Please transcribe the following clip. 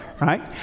right